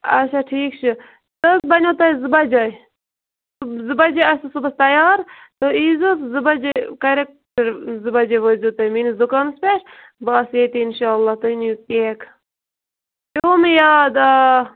اچھا ٹھیٖک چھُ سُہ حَظ بنیو تۄہہِ زٕ بجے زٕ بجے آسوٕ صُبحس تیار تُہۍ ای زیو زٕ بجے کرکٹ زٕ بجے وٲتۍ زیو تُہۍ میٲنِس دُکانس پیٹھ بہٕ آسہِ ییٚتی اِنشااللہ تُہۍ نِیو کیک پیوُم یاد آ